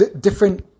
different